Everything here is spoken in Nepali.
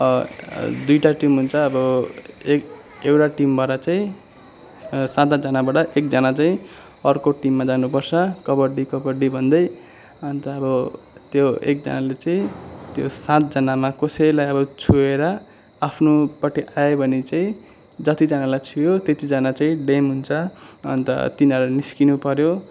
दुईवटा टिम हुन्छ अब ए एउटा टिमबाट चाहिँ सात आठजनाबाट एकजना चाहिँ अर्को टिममा जानु पर्छ कबड्डी कबड्डी भन्दै अन्त अब त्यो एकजनाले चाहिँ त्यो सातजनामा कसैलाई अब छोएर आफ्नोपट्टि आयो भने चाहिँ जतिजनालाई छोयो त्यतिजना चाहिँ ड्याम हुन्छ अन्त तिनीहरू निस्किनु पऱ्यो